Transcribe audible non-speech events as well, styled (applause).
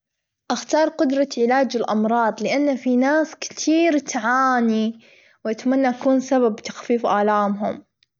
(noise) أختار علاج الأمراض لأن في ناس كتير تعاني، وأتمنى أكون سبب تخفيف الآمهم.